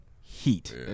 Heat